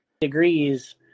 degrees